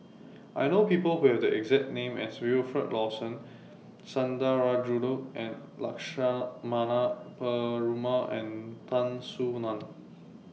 I know People Who Have The exact name as Wilfed Lawson Sundarajulu Lakshmana Perumal and Tan Soo NAN